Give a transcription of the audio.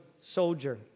soldier